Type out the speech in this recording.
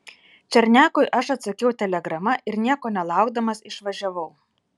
černiakui aš atsakiau telegrama ir nieko nelaukdamas išvažiavau